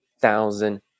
thousand